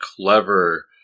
clever